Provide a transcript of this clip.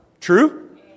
True